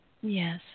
Yes